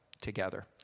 together